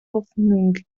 hoffnung